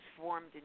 formed